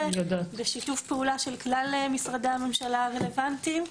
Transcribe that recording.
בשיתוף פעולה של כלל המשרדים הרלוונטיים.